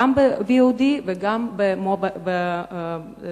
גם ב-VOD וגם בסלולר.